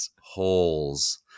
holes